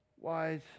wise